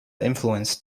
influence